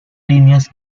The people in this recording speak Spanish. líneas